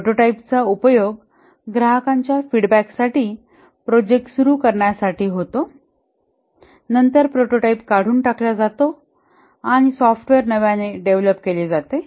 प्रोटोटाइपचा उपयोग ग्राहकांच्या फीडबॅकासाठी प्रोजेक्ट सुरू करण्यासाठी होतो आणि नंतर प्रोटोटाइप काढून टाकला जातो आणि सॉफ्टवेअर नव्याने डेव्हलप केले जाते